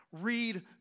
Read